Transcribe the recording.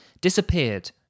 disappeared